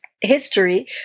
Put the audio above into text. history